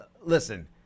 listen